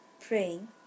praying